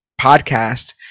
podcast